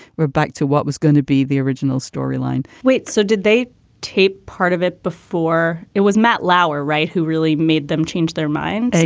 we're back to what was going to be the original storyline wait, so did they tape part of it before it was matt lauer? right. who really made them change their mind?